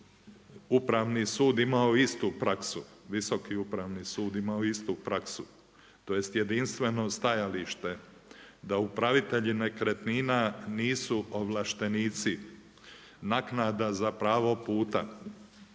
upravni sud imao istu praksu, tj. jedinstveno stajalište, da upravitelji nekretnina nisu ovlaštenici naknada za pravo puta.